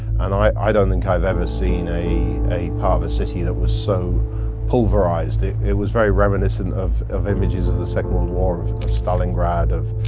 and i don't think i've ever seen a a ah city that was so pulverized. it was very reminiscent of of images of the second world war, of stalingrad, of